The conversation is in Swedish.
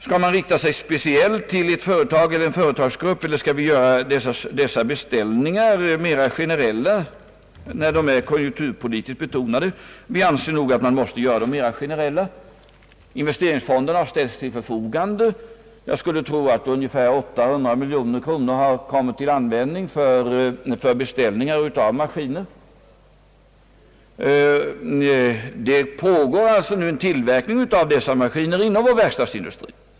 Skall man rikta sig speciellt till ett företag eller en företagsgrupp eller skall man göra dessa beställningar mera generella, när de är konjunkturpolitiskt betonade? Vi anser att man måste göra dem mera generella. Investeringsfonderna har ställts till förfogande. Jag skulle tro att ungefär 800 miljoner kronor har kommit till användning för beställningar av maskiner. En tillverkning av dessa maskiner pågår alltså nu inom vår verkstadsindustri.